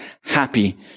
happy